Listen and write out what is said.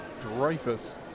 Dreyfus